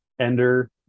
ender